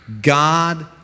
God